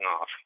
off